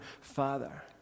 father